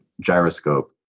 gyroscope